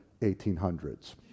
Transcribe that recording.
1800s